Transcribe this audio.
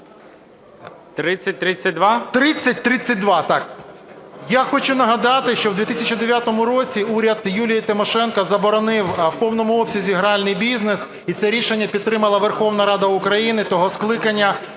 С.В. 3032, так. Я хочу нагадати, що в 2009 році уряд Юлії Тимошенко заборонив в повному обсязі гральний бізнес, і це рішення підтримала Верховна Рада України того скликання